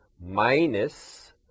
Minus